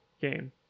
game